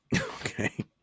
Okay